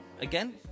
again